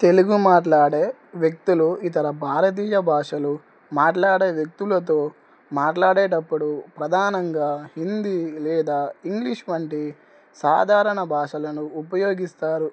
తెలుగు మాట్లాడే వ్యక్తులు ఇతర భారతీయ భాషలు మాట్లాడే వ్యక్తులతో మాట్లాడేటప్పుడు ప్రధానంగా హిందీ లేదా ఇంగ్లీష్ వంటి సాధారణ భాషలను ఉపయోగిస్తారు